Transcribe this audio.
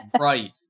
right